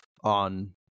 on